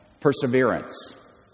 perseverance